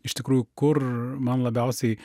iš tikrųjų kur man labiausiai